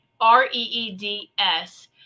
R-E-E-D-S